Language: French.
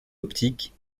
optique